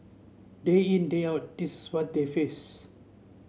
day in day out this is what they face